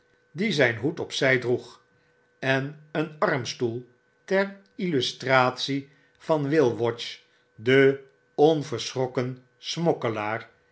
die zgn hoed op zij droeg en een armstoel ter illustratie van will watch den onverschrokken